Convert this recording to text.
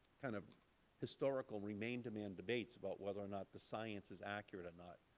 kind of historical remain demand debates about whether or not the science is accurate or not.